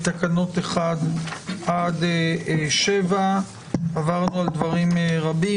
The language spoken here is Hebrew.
בתקנות 1 עד 7. עברנו על דברים רבים.